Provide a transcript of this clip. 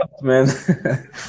man